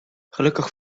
gelukkig